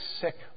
sick